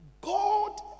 God